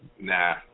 Nah